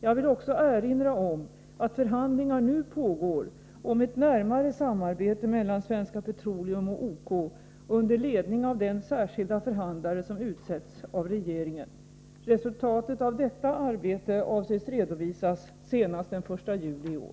Jag vill också erinra om att förhandlingar nu pågår om ett närmare samarbete mellan Svenska Petroleum och OK under ledning av den särskilda förhandlare som utsetts av regeringen. Resultatet av detta arbete avses redovisas senast den 1 juli i år.